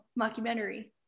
mockumentary